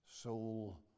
soul